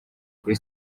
kuri